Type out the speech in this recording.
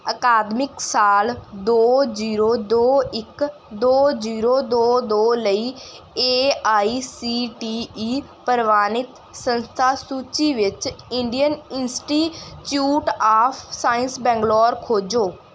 ਅਕਾਦਮਿਕ ਸਾਲ ਦੋ ਜ਼ੀਰੋ ਦੋ ਇੱਕ ਦੋ ਜ਼ੀਰੋ ਦੋ ਦੋ ਲਈ A I C T E ਪਰਵਾਨਿਤ ਸੰਸਥਾ ਸੂਚੀ ਵਿੱਚ Indian Institute of Science Bangalore ਖੋਜੋ